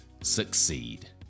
succeed